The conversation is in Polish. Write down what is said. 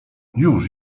już